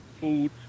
food